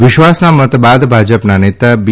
વિશ્વાસના મત બાદ ભાજપના નેતા બી